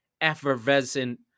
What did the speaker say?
effervescent